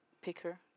picker